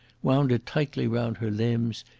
wound it tightly round her limbs,